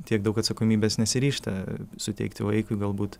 tiek daug atsakomybės nesiryžta suteikti vaikui galbūt